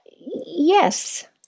Yes